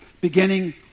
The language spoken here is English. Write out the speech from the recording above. beginning